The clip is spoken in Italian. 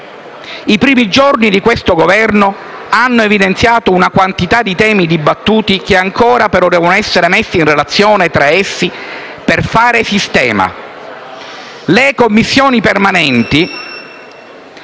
I primi giorni di questo Governo hanno evidenziato una quantità di temi dibattuti che ancora però devono essere messi in relazione tra essi per fare sistema. Le Commissioni permanenti,